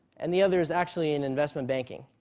and the other is actually in investment banking.